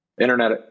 internet